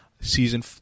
Season